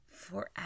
Forever